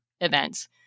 events